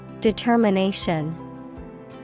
Determination